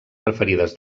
preferides